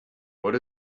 what